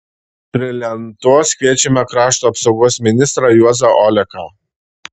prie lentos kviečiame krašto apsaugos ministrą juozą oleką